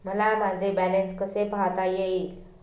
मला माझे बॅलन्स कसे पाहता येईल?